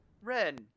Ren